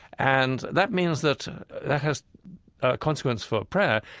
and that means that that has a consequence for prayer.